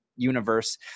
universe